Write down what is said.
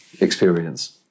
Experience